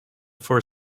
for